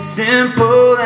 simple